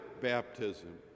baptism